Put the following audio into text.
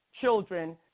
children